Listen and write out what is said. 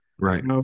right